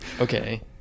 Okay